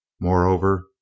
Moreover